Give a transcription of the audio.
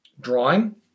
Drawing